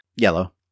Yellow